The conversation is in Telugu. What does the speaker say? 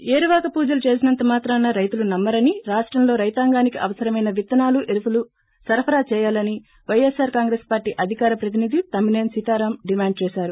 ఏరువాక పూజలు చేసినంత మాత్రాన రైతులు నమ్మ రని రాష్టంలో రైతాంగానికి అవసరమైన విత్తనాలు ఎరువులు సరఫరా చేయాలని వైఎస్స్ర్ కాంగ్రెస్ పార్టీ అధికార ప్రతినిధి తమ్మినేని సీతారాం డిమాండ్ చేశారు